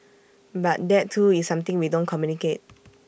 but that too is something we don't communicate